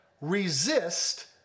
Resist